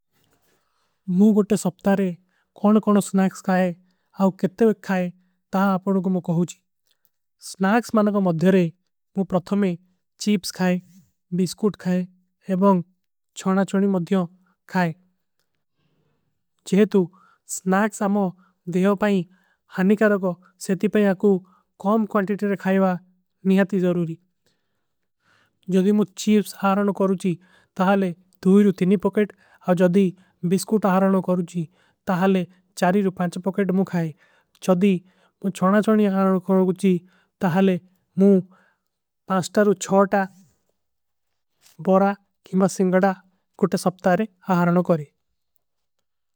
ମୁ ଗଟେ ସପ୍ତାରେ କୌନ କୌନ ସ୍ନାକ୍ସ ଖାଏ ଔର କିତ୍ତେ ଵେ ଖାଏ ତହାଂ ଆପଡୋଂ। କୋ ମୁ କହୂଁ ଜୀ ସ୍ନାକ୍ସ ମାନଗ ମଧ୍ଯରେ ମୁ ପ୍ରଥମେ ଚୀପ୍ସ ଖାଏ ବୀସକୂଟ ଖାଏ। ଔର ଛଣା ଛଣୀ ମଧ୍ଯୋଂ ଖାଏ ଜେହେ ତୁ ସ୍ନାକ୍ସ ଅମୋ ଦେହୋ ପାଇଂ ହାନୀ କରୋ କୋ। ସେଥୀ ପାଯା କୂ କୌମ କ୍ଵାଂଟିଟୀର ଖାଏଵା ନିହାଂତୀ ଜରୂରୀ ଜଦୀ ମୁ ଚୀପ୍ସ। ଖାରଣ କରୂଚୀ ତହାଲେ ପୋକେଟ ଜଦୀ ବୀସକୂଟ ଖାରଣ କରୂଚୀ ତହାଲେ। ପୋକେଟ ମୁ ଖାଏ ଜଦୀ ମୁ ଚୌନା ଚୌନୀ ଖାରଣ କରୂଚୀ ତହାଲେ ମୁ ପାସ୍ଟର। ଉଚ୍ଛାଟା ବଡା କିମାସିଂଗଡା କୁଟେ ସପ୍ତାରେ ଖାରଣ କରୀ।